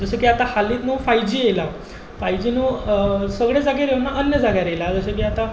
जशें की आतां हालींच न्हु फायव जी येयलां फायल जी न्हू सगळ्या जाग्यार येवुना अन्य जाग्यार येयलां जशें की आतां